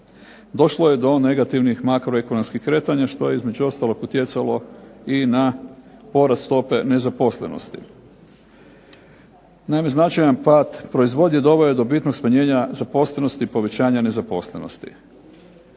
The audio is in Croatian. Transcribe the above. došlo je do negativnih makroekonomskih kretanja što je između ostalog utjecalo i na porast stope nezaposlenosti. Naime, značajan pad proizvodnje doveo je do bitnog smanjenja zaposlenosti i povećanja nezaposlenosti.